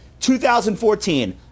2014